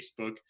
facebook